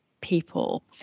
people